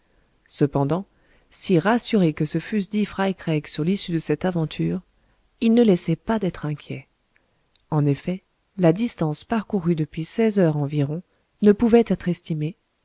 cependant si rassurés que se fussent dits fry craig sur l'issue de cette aventure ils ne laissaient pas d'être inquiets en effet la distance parcourue depuis seize heures environ ne pouvait être estimée